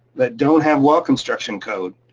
that don't have well construction code.